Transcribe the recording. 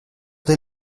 dès